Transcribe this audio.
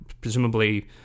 presumably